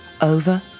over